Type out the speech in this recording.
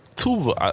Two